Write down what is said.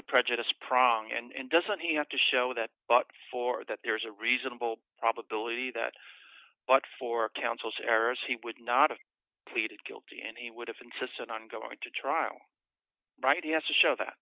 the prejudice prong and doesn't he have to show that but for that there's a reasonable probability that but for counsel's errors he would not lead guilty and he would have insisted on going to trial right he has to show that